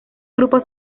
grupo